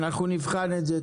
אנחנו נבחן את זה,